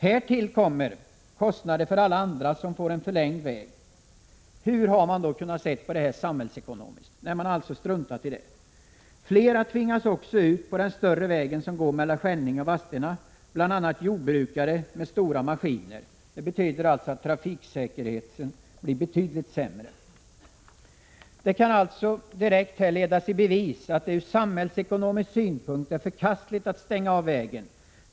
Härtill kommer kostnader för alla som får förlängd väg. Har man då kunnat se på detta samhällsekonomiskt? Nej, man har alltså struntat i det. Flera tvingas också ut på den större vägen som går mellan Skänninge och Vadstena, bl.a. jordbrukare med stora maskiner. Det medför att trafiksäkerheten blir betydligt sämre. Det kan alltså direkt ledas i bevis att det ur samhällsekonomisk synpunkt är förkastligt att stänga av vägen.